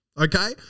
Okay